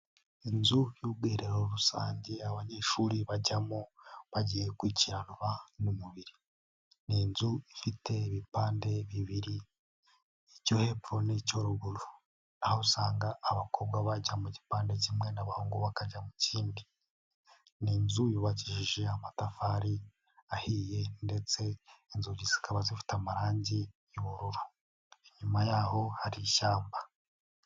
Inzu y'ubwiherero rusange abanyeshuri bajyamo bagiye gukurikiranwa n'umubiri, ni inzu ifite ibipande bibiri, icyo hepfo n'icyo ruguru, aho usanga abakobwa bajya mu gipande kimwe, n'abahungu bakajya mu kindi, ni inzu yubakijeje amatafari ahiye ndetse inzugi zikaba zifite amarangi y'ubururu, inyuma yaho hari ishyamba.